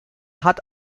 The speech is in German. hat